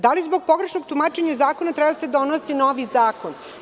Da li zbog pogrešnog tumačenja zakona treba da se donosi novi zakon?